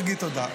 תגיד תודה.